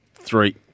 Three